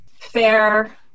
FAIR